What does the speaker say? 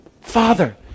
Father